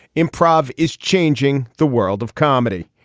improv is changing the world of comedy.